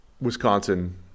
wisconsin